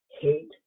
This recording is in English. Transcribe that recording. hate